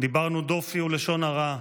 דיברנו דופי ולשון הרע,